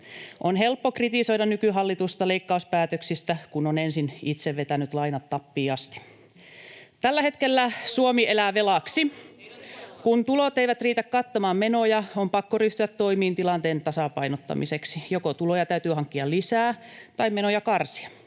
On helppo kritisoida nykyhallitusta leikkauspäätöksistä, kun on ensin itse vetänyt lainat tappiin asti. Tällä hetkellä Suomi elää velaksi. [Li Andersson: Teidän tuella!] Kun tulot eivät riitä kattamaan menoja, on pakko ryhtyä toimiin tilanteen tasapainottamiseksi. Joko tuloja täytyy hankkia lisää tai menoja karsia